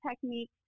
technique